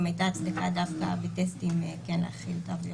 הביא לכך שהייתה הצדקה דווקא בטסטים כן להחיל תו ירוק.